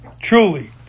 truly